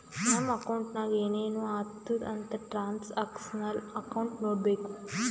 ನಮ್ ಅಕೌಂಟ್ನಾಗ್ ಏನೇನು ಆತುದ್ ಅಂತ್ ಟ್ರಾನ್ಸ್ಅಕ್ಷನಲ್ ಅಕೌಂಟ್ ನೋಡ್ಬೇಕು